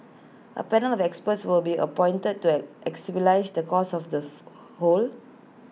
A panel of experts will be appointed to ex stabilize the cause of the hole